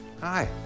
hi